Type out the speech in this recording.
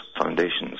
foundations